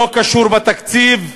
לא קשור בתקציב,